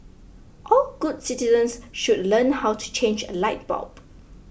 all good citizens should learn how to change a light bulb